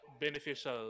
beneficial